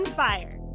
fire